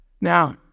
Now